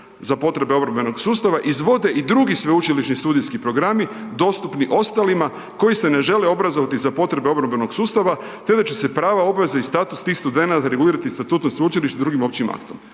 za potrebe obrambenog sustava, izvode i drugi sveučilišni programi dostupni ostalima koji se ne žele obrazovati za potrebe obrambenog sustava te da će se prava, obveze i status tih studenata regulirati statutom sveučilišta i drugim općim aktom.